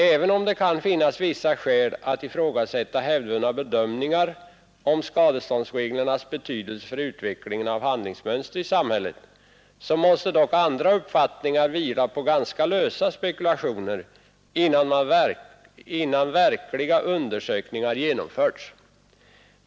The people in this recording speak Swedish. Även om det kan finnas vissa skäl att ifrågasätta hävdvunna bedömningar om skadeståndsreglernas betydelse för utvecklingen av handlingsmönster i samhället, måste dock andra uppfattningar vila på ganska lösa spekulationer, innan verkliga undersökningar genomförts.